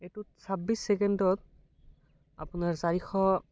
এইটোত ছাব্বিছ ছেকেণ্ডত আপোনাৰ চাৰিশ